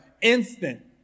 instant